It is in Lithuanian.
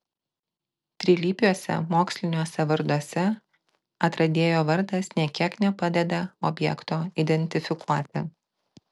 trilypiuose moksliniuose varduose atradėjo vardas nė kiek nepadeda objekto identifikuoti